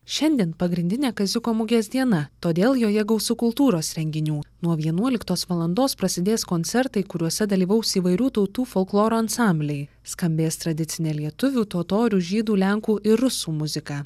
šiandien pagrindinė kaziuko mugės diena todėl joje gausu kultūros renginių nuo vienuoliktos valandos prasidės koncertai kuriuose dalyvaus įvairių tautų folkloro ansambliai skambės tradicinė lietuvių totorių žydų lenkų ir rusų muzika